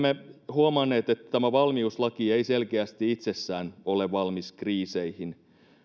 huomanneet että tämä valmiuslaki ei selkeästi itsessään ole valmis kriiseihin